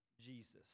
Jesus